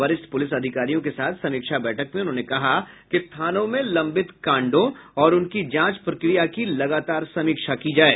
वरिष्ठ पुलिस अधिकारियों के साथ समीक्षा बैठक में उन्होंने कहा कि थानों में लंबित कांडों और उनकी जांच प्रक्रिया लगातार समीक्षा करें